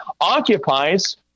occupies